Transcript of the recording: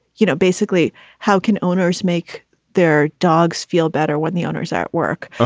you know, basically how can owners make their dogs feel better when the owners are at work.